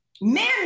man